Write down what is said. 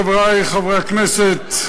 חברי חברי הכנסת,